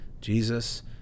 Jesus